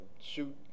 shoot